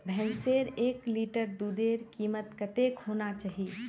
भैंसेर एक लीटर दूधेर कीमत कतेक होना चही?